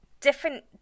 different